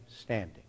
standing